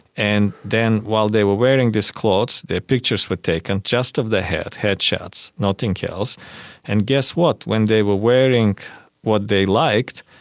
and then while they were wearing these clothes, their pictures were taken, just of the head, head shots, nothing else. and guess what? when they were wearing what they liked,